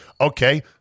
Okay